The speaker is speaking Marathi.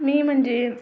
मी मंजे